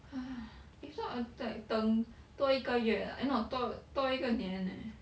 !hais! if not I like 等多一个月 eh no 等多一个年 eh